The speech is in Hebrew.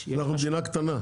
אנחנו מדינה קטנה.